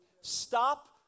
Stop